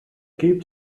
keep